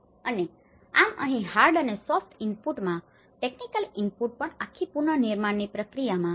અને આમ અહીં હાર્ડ અને સોફ્ટ ઇનપુટમાં ટેકનિકલ ઈનપુટ પણ આખી પુનનિર્માણની પ્રક્રિયામાં સમાવિષ્ટ કરવામાં આવ્યા